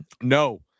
No